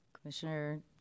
Commissioner